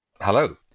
Hello